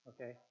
Okay